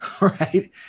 right